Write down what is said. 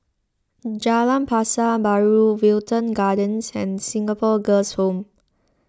Jalan Pasar Baru Wilton Gardens and Singapore Girls' Home